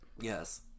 Yes